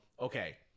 okay